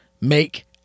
Make